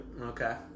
okay